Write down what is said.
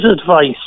advice